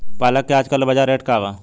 पालक के आजकल बजार रेट का बा?